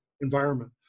environment